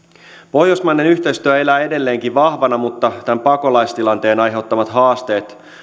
pohjoismainen yhteistyö elää edelleenkin vahvana mutta tämän pakolaistilanteen aiheuttamat haasteet